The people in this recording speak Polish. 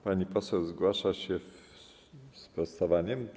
Pani poseł zgłasza się ze sprostowaniem?